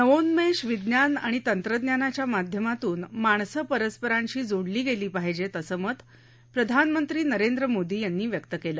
नवोन्मेष विज्ञान आणि तंत्रज्ञानाच्या माध्यमातून माणसं परस्परांशी जोडली गेली पाहिजेत असं मत प्रधानमंत्री नरेंद्र मोदी यांनी व्यक्त केलं